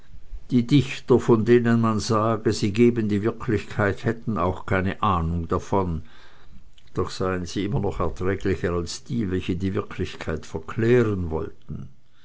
die dichter von denen man sage sie geben die wirklichkeit hätten auch keine ahnung davon doch seien sie immer noch erträglicher als die welche die wirklichkeit verklären wollten